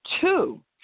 two